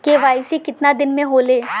KYC कितना दिन में होले?